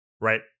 right